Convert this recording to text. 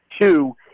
Two